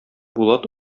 булат